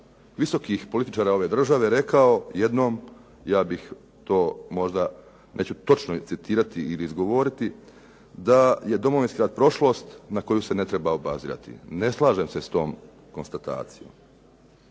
visokih političara ove države rekao jednom, ja bih to možda, neću točno citirati ili izgovoriti, da je Domovinski rat prošlost na koju se ne treba obazirati. Ne slažem se s tom konstatacijom.